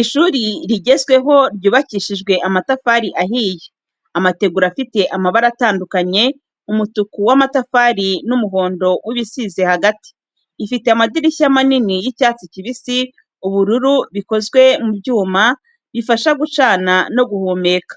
Ishuri rigezweho ryubakishijwe amatafari ahiye, amategura afite amabara atandukanye, umutuku w’amatafari n’umuhondo w’ibisize hagati. Ifite amadirishya manini y’icyatsi kibisi, ubururu bikozwe mu byuma, bifasha gucana no guhumeka.